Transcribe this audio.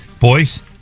boys